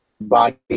body